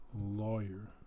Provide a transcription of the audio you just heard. Lawyer